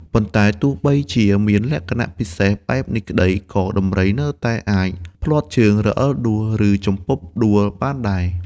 ប៉ុន្តែទោះបីជាវាមានលក្ខណៈពិសេសបែបនេះក្ដី ក៏ដំរីនៅតែអាចភ្លាត់ជើង រអិលដួល ឬជំពប់ដួលបានដែរ។